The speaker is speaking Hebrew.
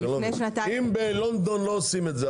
אם בלונדון לא עושים את זה,